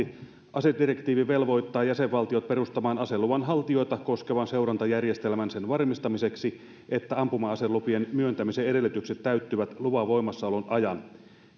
asedirektiivi velvoittaa jäsenvaltiot perustamaan aseluvan haltijoita koskevan seurantajärjestelmän sen varmistamiseksi että ampuma aselupien myöntämisen edellytykset täyttyvät luvan voimassaolon ajan